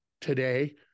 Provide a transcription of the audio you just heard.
today